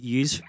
use